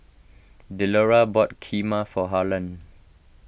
Delora bought Kheema for Harland